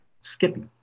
Skippy